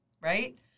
right